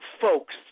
folks